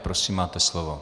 Prosím, máte slovo.